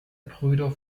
brüder